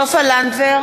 אינה נוכחת סופה לנדבר,